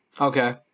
Okay